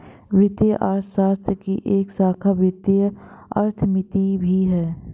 वित्तीय अर्थशास्त्र की एक शाखा वित्तीय अर्थमिति भी है